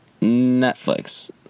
Netflix